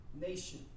nation